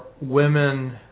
women